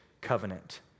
covenant